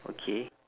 okay